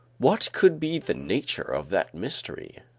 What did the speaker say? what could be the nature of that mystery?